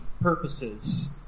purposes